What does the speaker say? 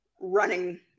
running